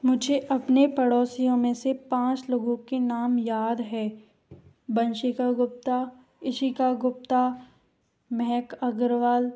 मुझे अपने पड़ोसियों में से पाँच लोगों के नाम याद है वंशिका गुप्ता इशिका गुप्ता महक अग्रवाल